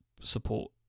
support